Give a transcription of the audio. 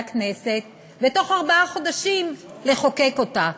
הכנסת ובתוך ארבעה חודשים לחוקק לגביה.